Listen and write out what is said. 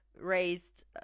raised